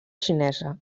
xinesa